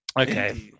Okay